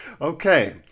Okay